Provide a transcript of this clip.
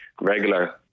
regular